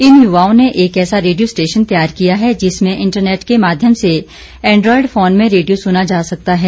इन युवाओं ने एक ऐसा रेडियो स्टेशन तैयार किया है जिसमें इंटरनेट के माध्यम से एंड्रॉयड फोन में रेडियो सुना जा सकता है